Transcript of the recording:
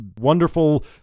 wonderful